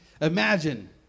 Imagine